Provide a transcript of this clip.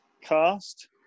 cast